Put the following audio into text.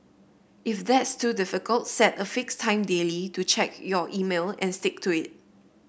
if that's too difficult set a fixed time daily to check your email and stick to it